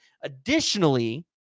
Additionally